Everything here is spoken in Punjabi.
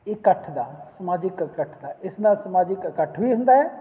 ਇਕੱਠ ਦਾ ਸਮਾਜਿਕ ਇਕੱਠ ਦਾ ਇਸ ਨਾਲ ਸਮਾਜਿਕ ਇਕੱਠ ਵੀ ਹੁੰਦਾ ਹੈ